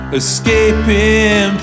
escaping